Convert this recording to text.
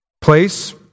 place